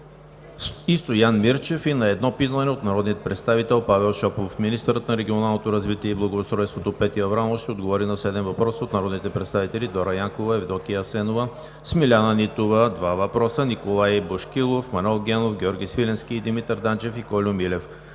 Стоян Мирчев и на едно питане от народния представител Павел Шопов; 3. Министърът на регионалното развитие и благоустройството Петя Аврамова ще отговори на седем въпроса от народните представители Дора Янкова; Евдокия Асенова; Смиляна Нитова – два въпроса; Николай Бошкилов; Манол Генов, Георги Свиленски и Димитър Данчев; и Кольо Милев;